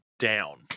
Down